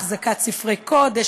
החזקת ספרי קודש,